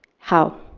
how?